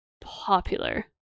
Popular